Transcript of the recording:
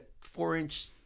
four-inch